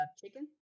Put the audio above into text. chicken